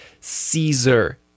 Caesar